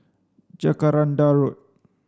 Jacaranda Road